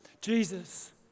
Jesus